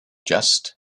just